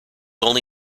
only